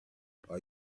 are